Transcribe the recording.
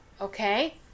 okay